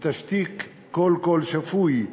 ותשתיק כל קול שפוי,